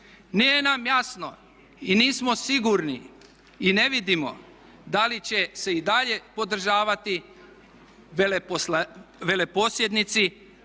Nije nam jasno i nismo sigurni i ne vidimo da li će se i dalje podržavati veleposjednici,